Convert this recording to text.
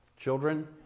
Children